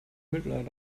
mitleid